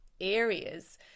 areas